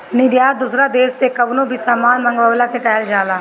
निर्यात दूसरा देस से कवनो भी सामान मंगवला के कहल जाला